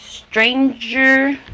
stranger